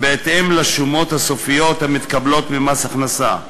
בהתאם לשומות הסופיות המתקבלות ממס הכנסה.